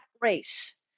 race